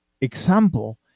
example